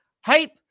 hype